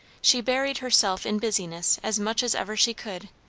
she buried herself in business as much as ever she could,